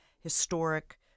historic